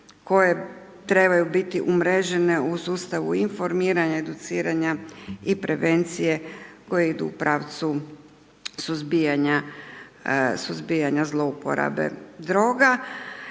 koje trebaju biti umrežene u sustavu informiranja, educiranja i prevencije koje idu u pravcu suzbijanja zlouporabe droga.